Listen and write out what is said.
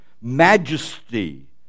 majesty